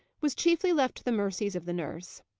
was chiefly left to the mercies of the nurse.